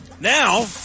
Now